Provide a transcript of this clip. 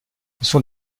sont